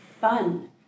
fun